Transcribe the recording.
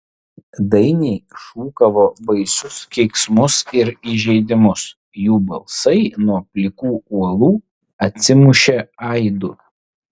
dainiai šūkavo baisius keiksmus ir įžeidimus jų balsai nuo plikų uolų atsimušė aidu